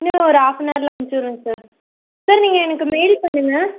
இன்னும் ஒரு off on அவரில் அமுச்சுடுறேன் சார் சார் நீங்கள் எனக்கு மெயில் பண்ணுங்கள்